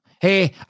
Hey